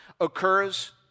occurs